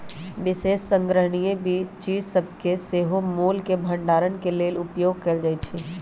विशेष संग्रहणीय चीज सभके सेहो मोल के भंडारण के लेल उपयोग कएल जाइ छइ